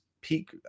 peak